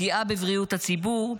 פגיעה בבריאות הציבור,